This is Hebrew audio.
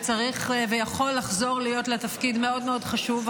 וצריך ויכול לחזור להיות לה תפקיד מאוד מאוד חשוב.